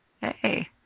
Hey